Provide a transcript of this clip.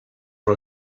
for